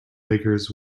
beggars